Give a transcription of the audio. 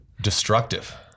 destructive